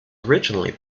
originally